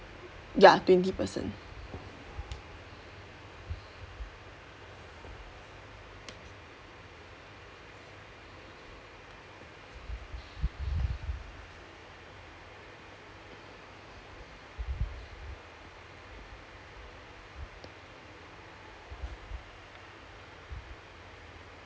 ya twenty person